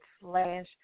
slash